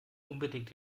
unbedingt